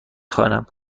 خوانم